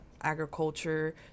agriculture